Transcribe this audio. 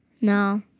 No